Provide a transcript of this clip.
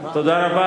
תודה רבה.